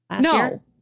No